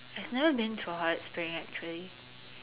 I've never been to a hot string actually